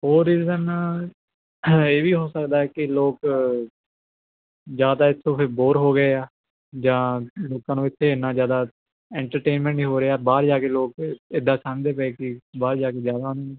ਹੋਰ ਰੀਜ਼ਨ ਇਹ ਵੀ ਹੋ ਸਕਦਾ ਕਿ ਲੋਕ ਜਾਂ ਤਾਂ ਇਥੋਂ ਫਿਰ ਬੋਰ ਹੋ ਗਏ ਆ ਜਾਂ ਲੋਕਾਂ ਨੂੰ ਇਥੇ ਇੰਨਾ ਜ਼ਿਆਦਾ ਇੰਟਰਟੇਨਮੈਂਟ ਨਹੀਂ ਹੋ ਰਿਹਾ ਬਾਹਰ ਜਾ ਕੇ ਲੋਕ ਇੱਦਾਂ ਸਮਝਦੇ ਪਏ ਕੀ ਬਾਹਰ ਜਾ ਕੇ ਜਿਆਦਾ